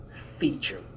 feature